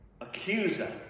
accuser